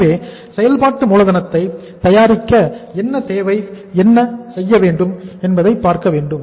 எனவே செயல்பாட்டு மூலதனத்தை தயாரிக்க என்ன தேவை என்ன செய்ய வேண்டும்